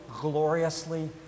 gloriously